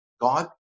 God